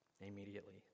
immediately